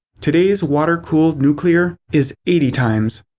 today's water cooled nuclear is eighty times.